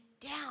down